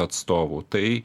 atstovų tai